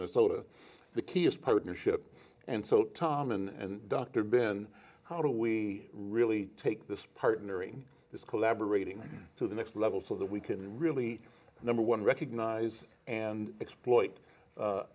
minnesota the key is partnership and so tom and dr ben how do we really take this partnering this collaborating to the next level so that we can really number one recognize and exploit